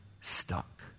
stuck